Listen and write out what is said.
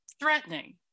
threatening